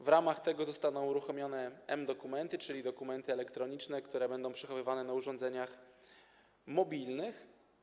W ramach tego zostaną uruchomione m-dokumenty, czyli dokumenty elektroniczne, które będą przechowywane na urządzeniach mobilnych.